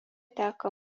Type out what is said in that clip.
teka